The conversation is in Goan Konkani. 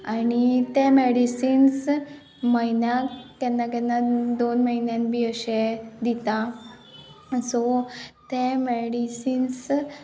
आनी तें मेडिसिन्स म्हयन्याक केन्ना केन्ना दोन म्हयन्यान बी अशे दिता सो तें मेडिसिन्स